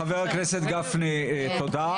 חבר הכנסת גפני, תודה.